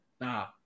Nah